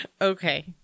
Okay